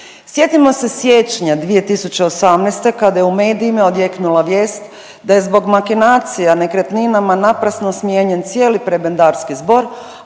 Sjetimo se siječnja 2018. kada je u medijima odjeknula vijest da je zbog makinacija nekretninama naprasno smijenjen cijeli prebendarski zbor,